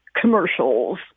commercials